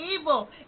evil